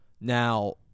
Now